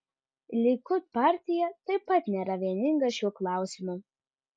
likud partija taip pat nėra vieninga šiuo klausimu